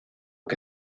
que